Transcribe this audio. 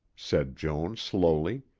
said joan slowly,